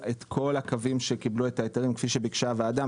הקווים שקיבלו את ההיתרים כפי שביקשה הוועדה,